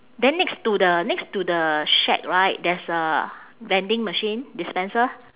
then next to the next to the shack right there's a vending machine dispenser